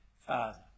father